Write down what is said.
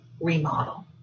remodel